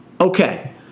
Okay